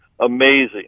Amazing